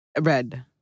Red